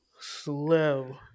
Slow